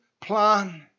plan